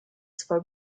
zwei